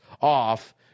off